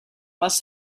must